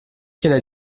qu’elle